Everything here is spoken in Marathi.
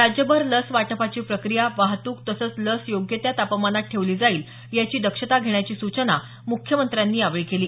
राज्यभर लस वाटपाची प्रक्रिया वाहतूक तसंच लस योग्य त्या तापमानात ठेवली जाईल याची दक्षता घेण्याची सूचना मुख्यमंत्र्यांनी यावेळी केली